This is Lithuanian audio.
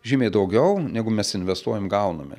žymiai daugiau negu mes investuojam gauname